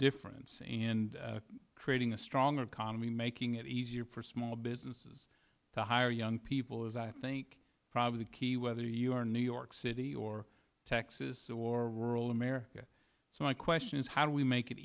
difference and creating a stronger economy making it easier for small businesses to hire young people is i think probably the key whether you are new york city or texas or rural america so my question is how do we make it